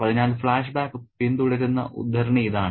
അതിനാൽ ഫ്ലാഷ്ബാക്ക് പിന്തുടരുന്ന ഉദ്ധരണി ഇതാണ്